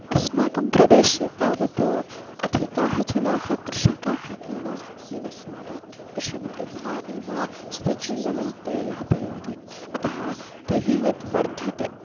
अस्माकं प्रदेशे तावत् अधिकाः जनाः कृषकाः एव निवसन्ति कृषिं कृत्त्वा एव स्वजीवनं ते यापयन्ति अतः तैः यद्वर्धते